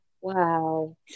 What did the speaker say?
Wow